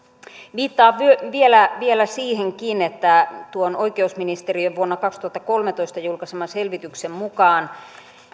viittaan vielä vielä siihenkin että tuon oikeusministeriön vuonna kaksituhattakolmetoista julkaiseman selvityksen mukaan